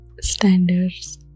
standards